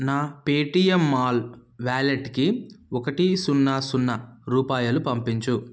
నా Paytm mall వాలెట్కి ఒకటి సున్నా సున్నా రూపాయలు పంపించు